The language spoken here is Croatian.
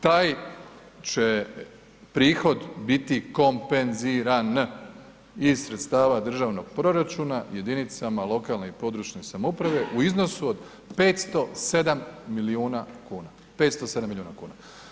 Taj će prihod biti kompenziran iz sredstava državnog proračuna jedinicama lokalne i područne samouprave u iznosu od 507 milijuna kuna, 507 milijuna kuna.